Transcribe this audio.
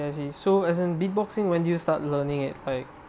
I see as in beatboxing when do you start learning it like